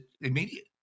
immediate